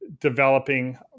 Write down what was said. developing